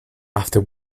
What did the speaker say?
after